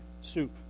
soup